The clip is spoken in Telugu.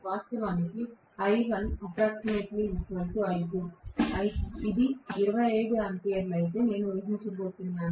వాస్తవానికి ఇది 25 ఆంపియర్లు అని నేను ఊహించబోతున్నాను